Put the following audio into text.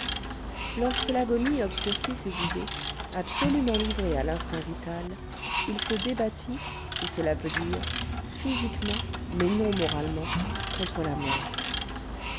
lorsque l'agonie obscurcit ses idées absolument livré à l'instinct vital il se débattit si cela peut dire physiquement mais non moralement contre la mort